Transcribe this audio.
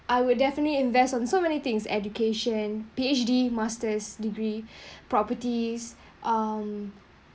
I will definitely invest on so many things education P H D master's degree properties um